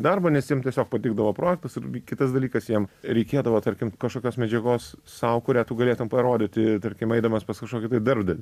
darbo nes jiem tiesiog patikdavo projektas ir kitas dalykas jiem reikėdavo tarkim kažkokios medžiagos sau kurią tu galėtum parodyti tarkim eidamas pas kažkokį tai darbdavį